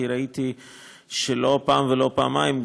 כי ראיתי שלא פעם ולא פעמיים,